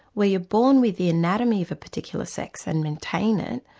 where you're born with the anatomy of a particular sex and maintain it,